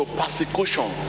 persecution